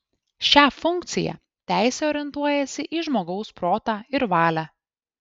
šia funkciją teisė orientuojasi į žmogaus protą ir valią